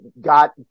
got